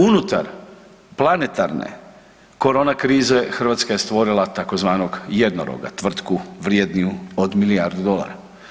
Unutar planetarne korona krize Hrvatska je stvorila tzv. jednoroga, tvrtku vredniju od milijardu dolara.